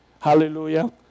Hallelujah